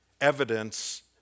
Evidence